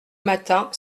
matin